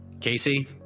Casey